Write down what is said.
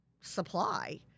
supply